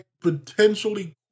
potentially